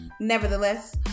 nevertheless